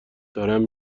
دارم